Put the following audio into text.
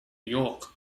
york